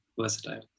versatile